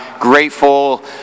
grateful